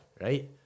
right